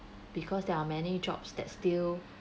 because there are many jobs that still